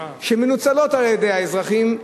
שמנוצלות על-ידי האזרחים,